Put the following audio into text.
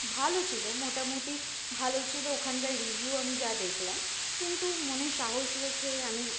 ভালো ছিলো মোটামুটি ভালো ছিলো ওখানকার রিভিউ আমি যা দেখলাম কিন্তু মনে সাহস রেখে আমি